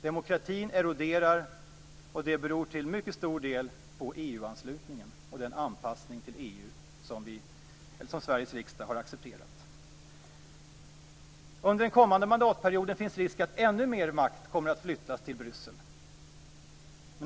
Demokratin eroderar, och det beror till mycket stor del på EU-anslutningen och den anpassning till EU som Sveriges riksdag har accepterat. Under den kommande mandatperioden finns det risk att ännu mer makt kommer att flyttas till Bryssel.